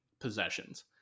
possessions